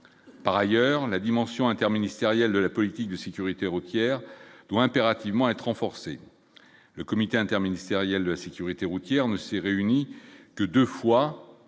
par ailleurs la dimension interministérielle de la politique de sécurité routière doit impérativement être renforcés, le comité interministériel de sécurité routière ne s'est réuni que 2 fois